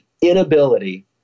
inability